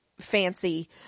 fancy